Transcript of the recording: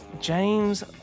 James